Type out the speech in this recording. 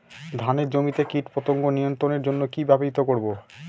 ধানের জমিতে কীটপতঙ্গ নিয়ন্ত্রণের জন্য কি ব্যবহৃত করব?